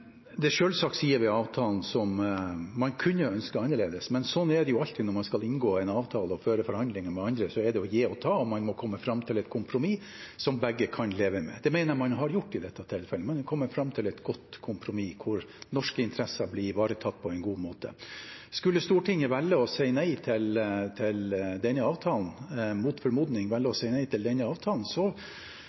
alltid når man skal inngå en avtale og føre forhandlinger med andre. Da er det å gi og ta, og man må komme fram til et kompromiss som begge kan leve med. Det mener jeg man har gjort i dette tilfellet: Man har kommet fram til et godt kompromiss hvor norske interesser blir ivaretatt på en god måte. Skulle Stortinget mot formodning velge å si nei til denne avtalen, vil det innebære at det vil bli vanskeligere å